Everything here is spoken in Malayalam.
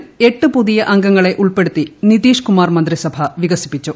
ബീഹാറിൽ എട്ട് പുതിയി ് അംഗീങ്ങളെ ഉൾപ്പെടുത്തി നിതീഷ് കുമാർ മന്ത്രൂസ്ഭ വീകസിപ്പിച്ചു